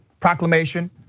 proclamation